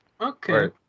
Okay